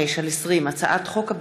פ/4745/20 וכלה בהצעת חוק פ/4766/20,